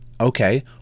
Okay